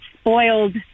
spoiled